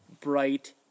bright